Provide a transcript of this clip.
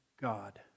God